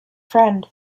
friend